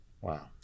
Wow